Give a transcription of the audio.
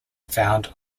found